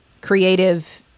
creative